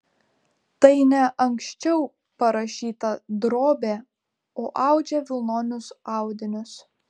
tai ne anksčiau parašyta drobė o audžia vilnonius audinius